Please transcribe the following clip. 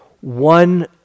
One